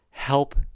help